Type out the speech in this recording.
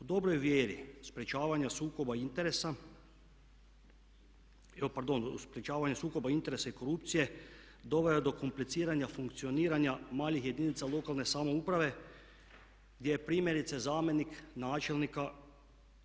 U dobroj vjeri sprječavanja sukoba interesa, pardon, sprječavanja sukoba interesa i korupcije doveo je do kompliciranja funkcioniranja malih jedinica lokalne samouprave gdje je primjerice zamjenik načelnika